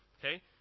okay